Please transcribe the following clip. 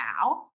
now